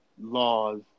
laws